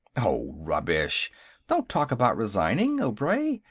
oh, rubbish don't talk about resigning, obray.